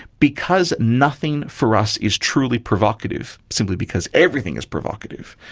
because nothing for us is truly provocative, simply because everything is provocative,